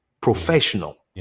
professional